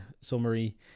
summary